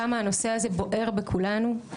כמה הנושא הזה בוער בכולנו.